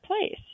place